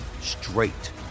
straight